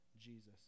Jesus